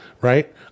Right